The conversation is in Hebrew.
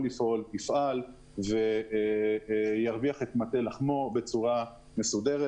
לפעול יפעל וירוויח את מטה לחמו בצורה מסודרת.